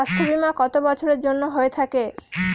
স্বাস্থ্যবীমা কত বছরের জন্য হয়ে থাকে?